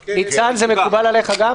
ניצן, זה מקובל גם עליך?